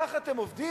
כך אתם עובדים?